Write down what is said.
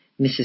Mrs